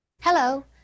Hello